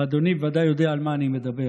ואדוני בוודאי יודע על מה אני מדבר,